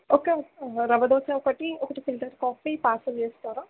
okay rava dosa ఒకటి ఒకటి filter coffee parcel చేస్తారా